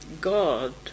God